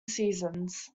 seasons